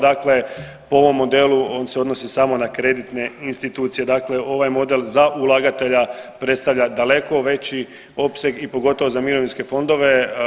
Dakle, po ovom modelu on se odnosi samo na kreditne institucije dakle ovaj model za ulagatelja predstavlja daleko veći opseg i pogotovo za mirovinske fondove.